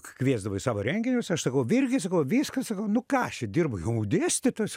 kviesdavo į savo renginius aš sakau virgi sakau viskas sakau nu ką aš čia dirbu jau dėstytojas